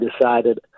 decided